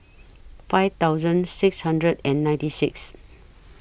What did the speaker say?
five thousand six hundred and ninety six